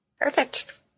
Perfect